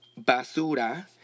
basura